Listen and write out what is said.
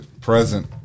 present